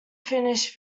finish